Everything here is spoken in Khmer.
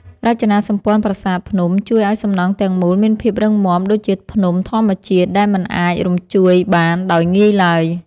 រចនាសម្ព័ន្ធប្រាសាទភ្នំជួយឱ្យសំណង់ទាំងមូលមានភាពរឹងមាំដូចជាភ្នំធម្មជាតិដែលមិនអាចរំញ្ជួយបានដោយងាយឡើយ។